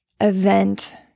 event